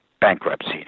bankruptcy